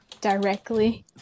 directly